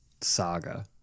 saga